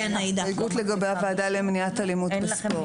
ההסתייגות לגבי הוועדה למניעת אלימות בספורט.